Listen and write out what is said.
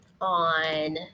on